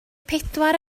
pedwar